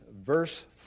verse